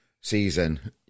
season